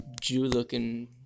Jew-looking